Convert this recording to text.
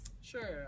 Sure